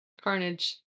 Carnage